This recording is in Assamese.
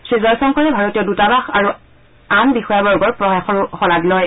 শ্ৰীজয়শংকৰে ভাৰতীয় দুতাবাস আৰু আন বিষয়াবৰ্গৰ প্ৰয়াসৰো শলাগ লয়